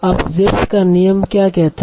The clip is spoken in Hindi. अब Zipf's का नियम क्या कहता है